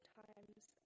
times